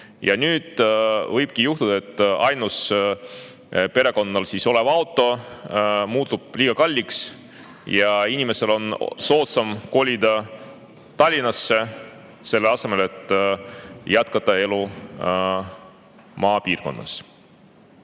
Ja nüüd võibki juhtuda, et perekonna ainus auto muutub liiga kalliks ja inimestel on soodsam kolida Tallinnasse, selle asemel et jätkata elu maal.